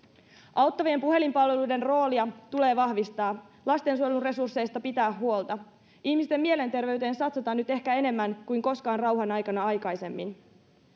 auttavien puhelinpalveluiden roolia tulee vahvistaa lastensuojelun resursseista pitää huolta ihmisten mielenterveyteen satsataan nyt ehkä enemmän kuin koskaan rauhanaikana aikaisemmin